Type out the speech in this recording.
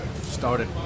started